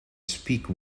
speak